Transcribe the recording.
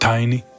Tiny